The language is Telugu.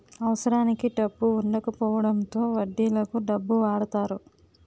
అవసరానికి డబ్బు వుండకపోవడంతో వడ్డీలకు డబ్బు వాడతారు